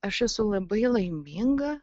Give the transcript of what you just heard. aš esu labai laiminga